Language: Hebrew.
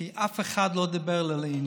כי אף אחד לא דיבר לעניין.